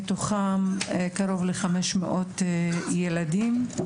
מתוכם קרוב ל-500 ילדים.